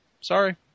Sorry